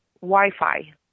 Wi-Fi